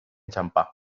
txanpa